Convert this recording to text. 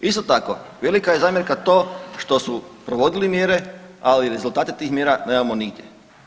Isto tako velika je zamjerka to što su provodili mjere, ali rezultate tih mjera nemamo nigdje.